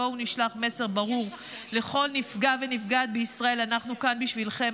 בואו נשלח מסר ברור לכל נפגע ונפגעת בישראל: אנחנו כאן בשבילכם,